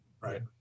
Right